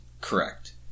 Correct